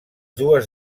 dues